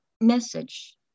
message